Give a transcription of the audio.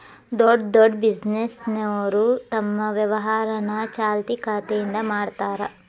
ದೊಡ್ಡ್ ದೊಡ್ಡ್ ಬಿಸಿನೆಸ್ನೋರು ತಮ್ ವ್ಯವಹಾರನ ಚಾಲ್ತಿ ಖಾತೆಯಿಂದ ಮಾಡ್ತಾರಾ